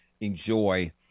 enjoy